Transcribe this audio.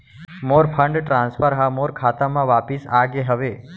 मोर fund transfer हा मोर खाता मा वापिस आ गे हवे